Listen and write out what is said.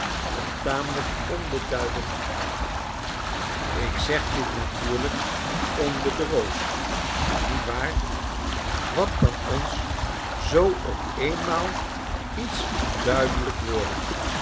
een tamelijk onbeduidend man ik zeg dit natuurlijk onder de roos niet waar wat kan ons zoo op eenmaal iets duidelijk worden